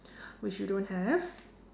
which you don't have